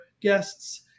guests